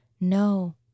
no